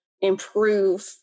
improve